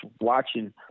watching